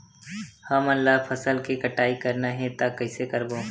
हमन ला फसल के कटाई करना हे त कइसे करबो?